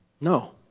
No